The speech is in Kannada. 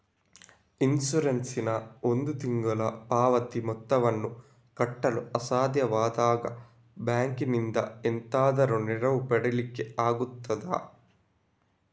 ಇನ್ಸೂರೆನ್ಸ್ ನ ಒಂದು ತಿಂಗಳ ಪಾವತಿ ಮೊತ್ತವನ್ನು ಕಟ್ಟಲು ಅಸಾಧ್ಯವಾದಾಗ ಬ್ಯಾಂಕಿನಿಂದ ಎಂತಾದರೂ ನೆರವು ಪಡಿಲಿಕ್ಕೆ ಆಗ್ತದಾ?